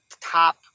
top